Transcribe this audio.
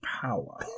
power